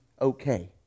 okay